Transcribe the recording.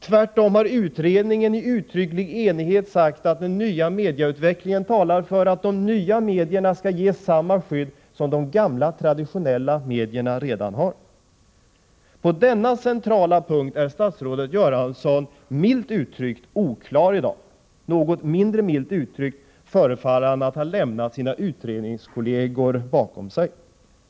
Tvärtom har utredningen i uttrycklig enighet sagt att den nya mediautvecklingen talar för att de nya medierna skall ges samma skydd som de gamla, traditionella medierna redan har. På den centrala punkten är statsrådet Göransson, milt uttryckt, i dag oklar. Något mindre milt uttryckt förefaller han ha lämnat sina utredningskolleger bakom sig.